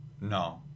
No